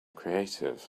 creative